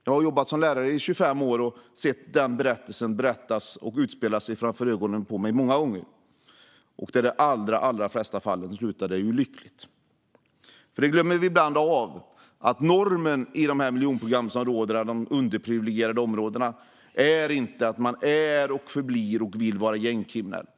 Jag har jobbat som lärare i 25 år och sett denna berättelse utspela sig framför ögonen på mig många gånger. I de allra flesta fall slutar det lyckligt. Vi glömmer ibland att normen i de underprivilegierade miljonprogramsområdena inte är att man är och förblir och vill vara gängkriminell.